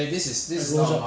rojak ice cream